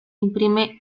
imprime